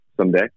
someday